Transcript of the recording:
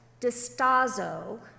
distazo